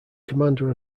commander